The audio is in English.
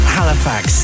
Halifax